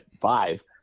five